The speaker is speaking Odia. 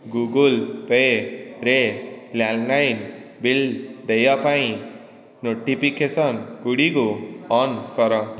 ଗୁଗଲ୍ ପେ ରେ ଲ୍ୟାଣ୍ଡ୍ଲାଇନ୍ ବିଲ୍ ଦେୟ ପାଇଁ ନୋଟିଫିକେସନ୍ ଗୁଡ଼ିକୁ ଅନ୍ କର